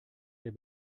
der